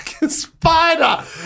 Spider